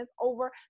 over